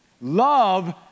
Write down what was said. Love